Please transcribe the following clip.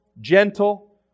gentle